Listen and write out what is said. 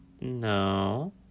No